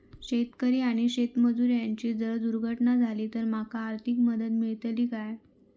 शेतकरी आणि शेतमजूर यांची जर दुर्घटना झाली तर त्यांका आर्थिक मदत मिळतली काय?